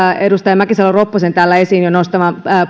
edustaja mäkisalo ropposen täällä jo esiin nostama